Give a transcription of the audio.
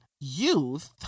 youth